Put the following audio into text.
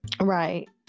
Right